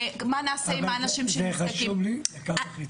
מה נעשה עם האנשים --- אבל זה חשוב לי אדוני,